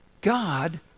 God